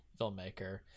filmmaker